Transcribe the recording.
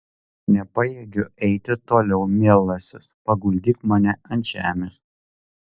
nepajėgiu eiti toliau mielasis paguldyk mane ant žemės